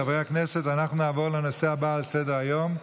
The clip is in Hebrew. חברי הכנסת, אנחנו נעבור לנושא הבא על סדר-היום,